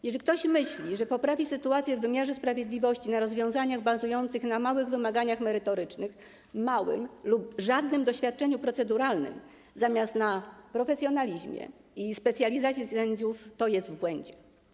Jeżeli ktoś myśli, że poprawi sytuację w wymiarze sprawiedliwości rozwiązaniami bazującymi na małych wymaganiach merytorycznych, małym lub żadnym doświadczeniu proceduralnym zamiast na profesjonalizmie i specjalizacji sędziów, to jest w błędzie.